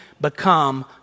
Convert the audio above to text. become